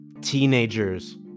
teenagers